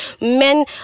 Men